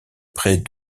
près